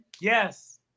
Yes